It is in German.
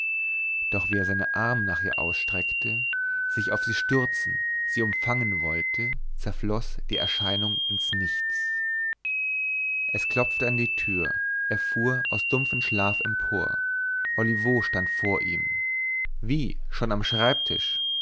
doch wie er seine arme nach ihr ausstreckte sich auf sie stürzen sie umfangen wollte zerfloß die erscheinung in nichts es klopfte an die tür er fuhr aus dumpfen schlaf empor olivo stand vor ihm wie schon am schreibtisch